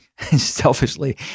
selfishly